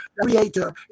creator